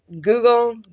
Google